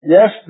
Yes